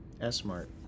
S-smart